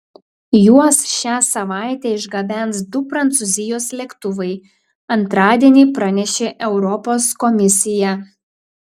juos šią savaitę išgabens du prancūzijos lėktuvai antradienį pranešė europos komisija